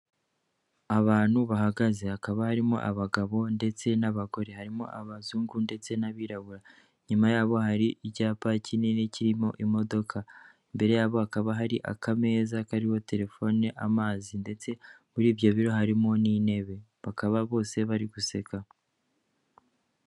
Abantu bahagaze hakaba harimo abagabo ndetse n'abagore, harimo abazungu ndetse n'abirabura, inyuma yaho hari icyapa kinini kirimo imodoka, imbere yabo hakaba hari akameza karirimo telefone, amazi ndetse muri ibyo biro harimo n'intebe bakaba bose bari guseka.